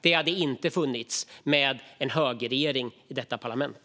Det hade inte funnits med en högerregering i detta parlament.